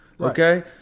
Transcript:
okay